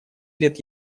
лет